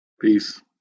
Peace